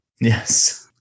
Yes